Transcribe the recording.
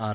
R